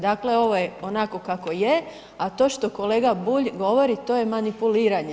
Dakle, ovo je onako kako je, a to što kolega Bulj govori to je manipuliranje.